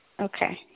Okay